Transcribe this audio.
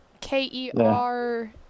K-E-R –